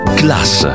class